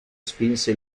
spinse